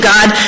God